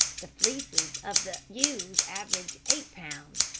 the fleeces of the ewes average eight pounds,